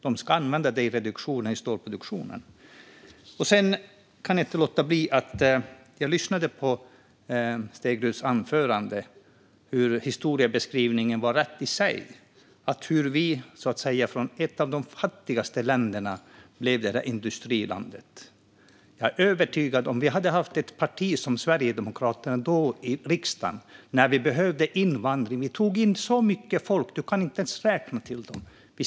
Man ska använda den i reduktionen i stålproduktionen. Jag lyssnade på Stegruds anförande, och historiebeskrivningen var rätt i sig - från att vara ett av de fattigaste länderna blev Sverige det där industrilandet. Jag är övertygad om att vi inte skulle ha lyckats om vi hade haft ett parti som Sverigedemokraterna i riksdagen då när vi behövde invandring. Vi tog in så mycket folk - du kan inte ens räkna dem.